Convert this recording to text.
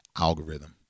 algorithm